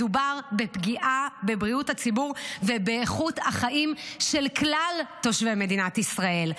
מדובר בפגיעה בבריאות הציבור ובאיכות החיים של כלל תושבי מדינת ישראל,